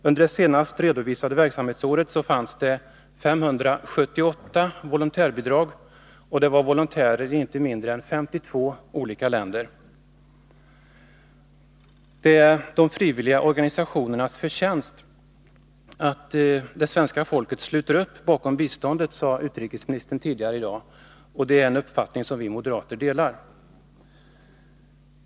Under det senast redovisade verksamhetsåret fanns 578 volontärbidrag för tjänstgöring i 52 länder. Det är de frivilliga organisationernas förtjänst att svenska folket sluter upp bakom biståndet, sade utrikesministern tidigare i dag, och det är en uppfattning som vi moderater delar.